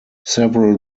several